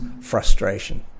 frustration